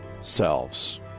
selves